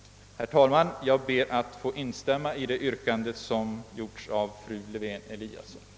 Herr talman! Jag ber att få instämma i det yrkande som gjorts av fru Lewén Eliasson.